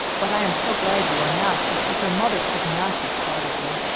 but i am so glad you are not, because your mother could not be proud of you,